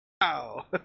Wow